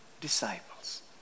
Disciples